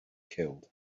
killed